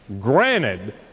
Granted